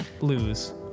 lose